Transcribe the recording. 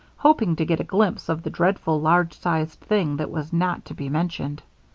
hoping to get a glimpse of the dreadful large-sized thing that was not to be mentioned.